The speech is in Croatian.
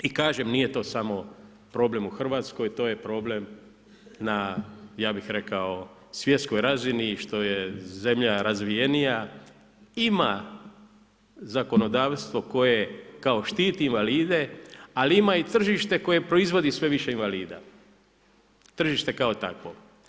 I kažem, nije to samo problem u Hrvatskoj, to je problem, ja bi rekao, na svjetskoj razini što je zemlja razvijenija, ima zakonodavstvo koje kao štiti invalide ali ima i tržište koje proizvodi sve više invalida, tržište kao takvo.